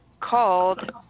called